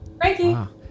Frankie